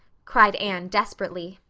cried anne desperately.